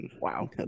Wow